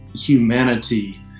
humanity